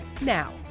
now